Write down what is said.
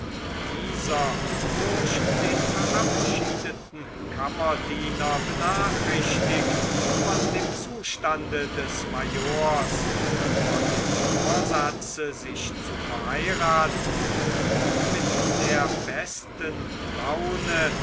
dieser durch den verabschiedeten kammerdiener benachrichtigt von dem zustande des majors und von dem vorsatze sich zu verheiraten trug mit der besten laune